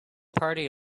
party